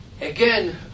again